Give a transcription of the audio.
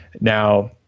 Now